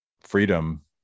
freedom